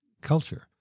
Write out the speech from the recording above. culture